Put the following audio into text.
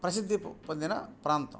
ప్రసిద్ధి పొందిన ప్రాంతం